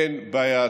אין בעיה.